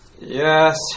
Yes